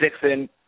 Dixon